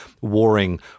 warring